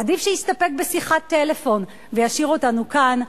עדיף שיסתפק בשיחת טלפון וישאיר אותנו כאן.